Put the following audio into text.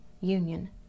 union